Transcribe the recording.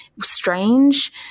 strange